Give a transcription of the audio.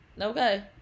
okay